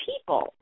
people